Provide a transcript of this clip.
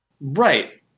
Right